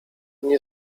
nie